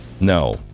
no